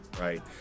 Right